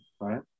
right